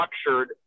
structured